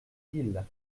isle